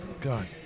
God